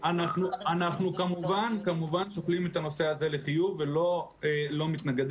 אנחנו כמובן שוקלים את הנושא הזה לחיוב ולא מתנגדים.